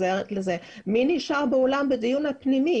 מי נשאר באולם בדיון הפנימי?